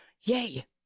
Yay